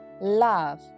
love